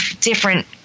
different